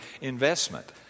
investment